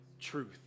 truth